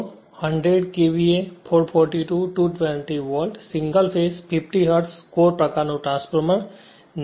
100 KVA 442 220 volt single phase 50 hertz core પ્રકાર નું transformer 98